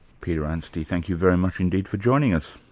peter anstey, thank you very much indeed for joining us.